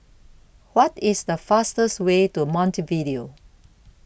What IS The fastest Way to Montevideo